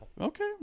Okay